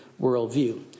worldview